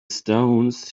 stones